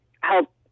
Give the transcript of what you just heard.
help